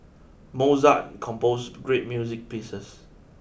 Mozart composed great music pieces